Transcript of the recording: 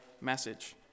message